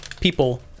people